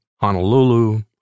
Honolulu